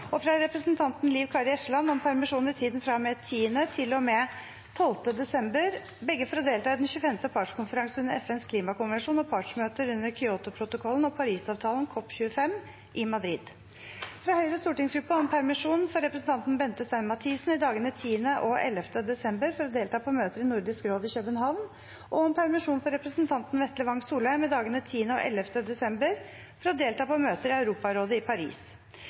og fra representanten Liv Kari Eskeland om permisjon i tiden fra og med 10. til og med 12. desember, begge for å delta i den 25. partskonferanse under FNs klimakonvensjon og partsmøter under Kyotoprotokollen og Parisavtalen, COP25, i Madrid fra Høyres stortingsgruppe om permisjon for representanten Bente Stein Mathisen i dagene 10. og 11. desember for å delta på møter i Nordisk råd i København og om permisjon for representanten Vetle Wang Solheim i dagene 10. og 11. desember for å delta på møter i Europarådet i Paris